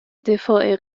دفاع